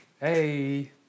Hey